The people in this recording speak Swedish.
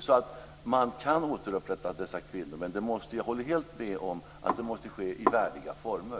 så att man kan återupprätta dessa kvinnor. Jag håller helt med om att det måste ske i värdiga former.